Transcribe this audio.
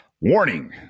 Warning